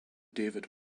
david